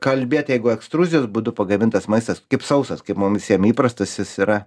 kalbėt jeigu ekstruzijos būdu pagamintas maistas kaip sausas kaip mum visiem įprastas jis yra